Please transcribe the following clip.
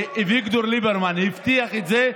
ואביגדור ליברמן הבטיח את זה,